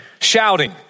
shouting